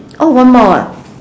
oh one more ah